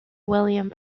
william